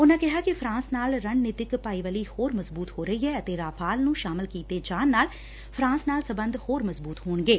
ਉਨਾਂ ਕਿਹਾ ਕਿ ਫਰਾਂਸ ਨਾਲ ਰਣਨੀਤਿਕ ਭਾਈਵਾਲੀ ਹੋਰ ਮਜ਼ਬੁਤ ਹੋ ਰਹੀ ਏ ਅਤੇ ਰਾਫ਼ਾਲ ਨੂੰ ਸ਼ਾਮਲ ਕੀਤੇ ਜਾਣ ਨਾਲ ਫਰਾਂਸ ਨਾਲ ਸਬੰਧ ਹੋਰ ਮਜ਼ਬੁਤ ਹੋਣਗੇ